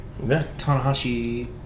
Tanahashi